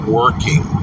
working